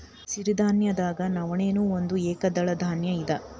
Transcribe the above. ಸಿರಿಧಾನ್ಯದಾಗ ನವಣೆ ನೂ ಒಂದ ಏಕದಳ ಧಾನ್ಯ ಇದ